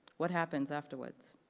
what happens afterwards?